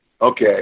okay